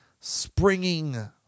springing